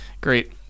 great